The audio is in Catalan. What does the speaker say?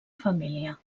família